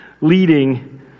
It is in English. leading